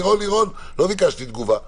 לירון, לא ביקשתי תגובה.